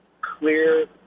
clear